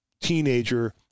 teenager